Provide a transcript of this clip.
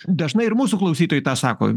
dažnai ir mūsų klausytojai tą sako